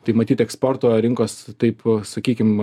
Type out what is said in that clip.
tai matyt eksporto rinkos taip sakykim